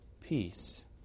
peace